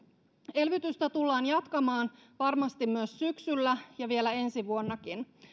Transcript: elvytystä tullaan jatkamaan varmasti myös syksyllä ja vielä ensi vuonnakin